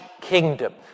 kingdom